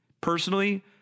Personally